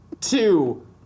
two